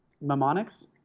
mnemonics